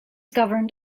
governed